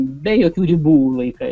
be jokių ribų laikai